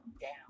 down